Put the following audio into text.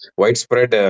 widespread